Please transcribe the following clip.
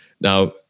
Now